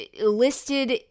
Listed